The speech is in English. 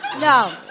No